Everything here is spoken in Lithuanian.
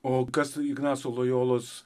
o kas ignaco lojolos